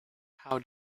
how